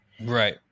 Right